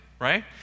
right